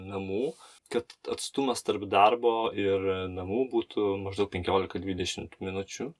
namų kad atstumas tarp darbo ir namų būtų maždaug penkiolika dvidešimt minučių